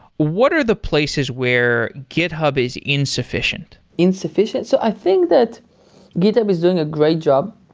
what are the places where github is insufficient? insufficient? so i think that github is doing a great job.